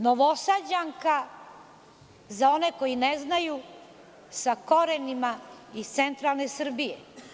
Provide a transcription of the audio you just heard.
Novosađanka, za one koji ne znaju sa korenima iz centralne Srbije.